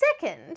Second